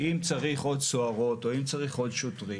אם צריך עוד סוהרות או אם צריך עוד שוטרים,